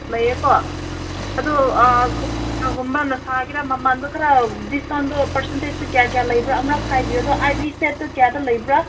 ꯂꯩꯑꯦ ꯀꯣ ꯑꯗꯨ ꯀꯌꯥ ꯀꯌꯥꯒꯨꯝꯕꯅ ꯁꯥꯒꯦꯔꯥ ꯃꯃꯜꯗꯣ ꯈꯔ ꯗꯤꯁꯀꯥꯎꯟꯗꯣ ꯄꯔꯁꯦꯟꯇꯦꯁꯁꯦ ꯀꯌꯥ ꯀꯌꯥ ꯂꯩꯕ꯭ꯔꯥ ꯑꯃꯨꯔꯛ ꯍꯥꯏꯕꯤꯌꯣ ꯑꯗꯣ ꯑꯥꯏꯕꯤꯁꯦꯠꯇꯨ ꯀꯌꯥꯗ ꯂꯩꯕ꯭ꯔꯥ